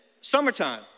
summertime